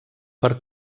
per